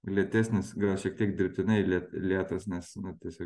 lėtesnis gal šiek tiek dirbtinai ir lėtas nes na tiesiog